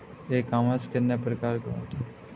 ई commerce कितने प्रकार के होते हैं?